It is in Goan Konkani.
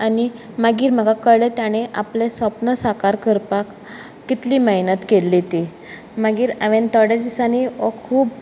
आनी मागीर म्हाका कळ्ळें ताणें आपलें स्वप्न साकार करपाक कितली मेहनत केल्ली ती मागीर हांवें थोडे दिसांनी हो खूब